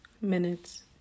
minutes